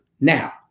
Now